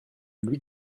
lui